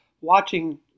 watching